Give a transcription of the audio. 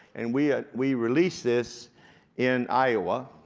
and we and we released this in iowa.